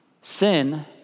Sin